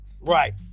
Right